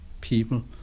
people